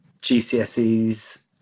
gcse's